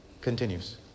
continues